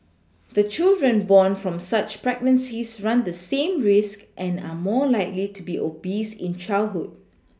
the children born from such pregnancies run the same risk and are more likely to be obese in childhood